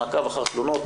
מעקב אחר תלונות,